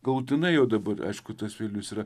galutinai jau dabar aišku tas vilnius yra